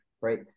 right